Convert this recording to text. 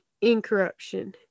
incorruption